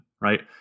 right